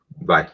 Bye